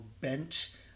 bent